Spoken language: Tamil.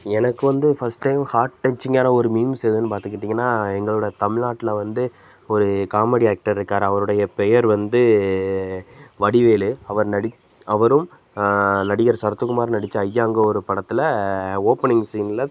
எனக்கு வந்து ஃபஸ்ட் டைம் ஹார்ட் டச்சிங்கான ஒரு மீம்ஸ் எதுன்னு பார்த்துக்கிட்டிங்கன்னா எங்களோடய தமிழ்நாட்டில வந்து ஒரு காமெடி ஆக்டர் இருக்கார் அவருடைய பெயர் வந்து வடிவேலு அவர் நடி அவரும் நடிகர் சரத்துக்குமாரும் நடித்த ஐயாங்க ஒரு படத்தில் ஓப்பனிங் சீன்ல